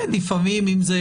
לפעמים אם זה